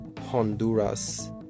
Honduras